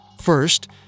First